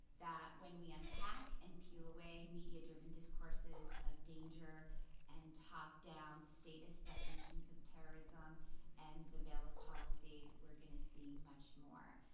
that when we unpack and peel away media-driven discourses of danger and top-down status definitions of terrorism and the veil of policy, we're gonna see much more.